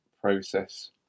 process